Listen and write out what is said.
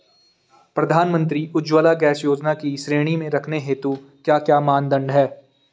प्रधानमंत्री उज्जवला गैस योजना की श्रेणी में रखने हेतु क्या क्या मानदंड है?